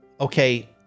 okay